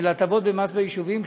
של הטבות במס ביישובים,